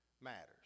matters